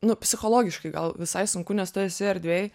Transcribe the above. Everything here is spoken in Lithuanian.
nu psichologiškai gal visai sunku nes tu esi erdvėj